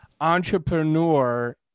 entrepreneur